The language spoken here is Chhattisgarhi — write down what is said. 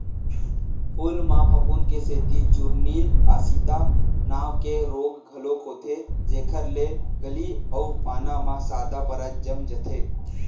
फूल म फफूंद के सेती चूर्निल आसिता नांव के रोग घलोक होथे जेखर ले कली अउ पाना म सादा परत जम जाथे